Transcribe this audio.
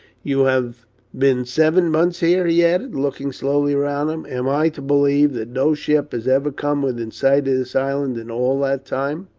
you have been seven months here he added, looking slowly around him. am i to believe that no ship has ever come within sight of this island in all that time?